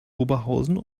oberhausen